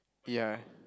ya